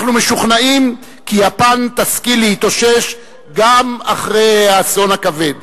אנחנו משוכנעים כי יפן תשכיל להתאושש גם אחרי האסון הכבד.